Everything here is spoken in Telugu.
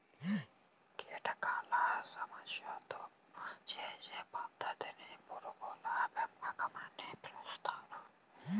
కీటకాల సంతానోత్పత్తి చేసే పద్ధతిని పురుగుల పెంపకం అని పిలుస్తారు